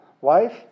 wife